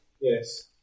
Yes